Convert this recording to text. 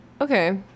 Okay